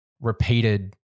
Repeated